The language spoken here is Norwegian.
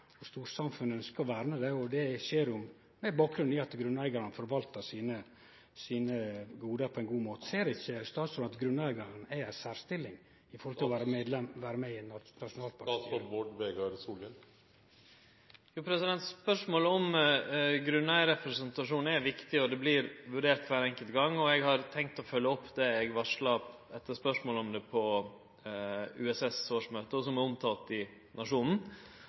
og storsamfunnet ønskjer å verne det. Det skjer med bakgrunn i at grunneigarane forvaltar sine gode på ein god måte. Ser ikkje statsråden at grunneigaren er i ei særstilling med tanke på å vere med i nasjonalparkstyra? Spørsmålet om grunneigarrepresentasjon er viktig og vert vurdert kvar enkelt gong. Eg har tenkt å følgje opp det eg varsla etter spørsmålet om det på USS’ årsmøte, og som er omtalt i